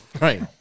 Right